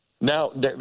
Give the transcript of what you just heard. Now